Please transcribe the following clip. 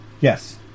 yes